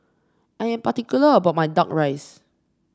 I am particular about my duck rice